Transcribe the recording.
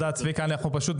זה ברור הנושא הזה.